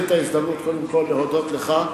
אני רוצה לנצל את ההזדמנות קודם כול להודות לך.